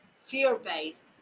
fear-based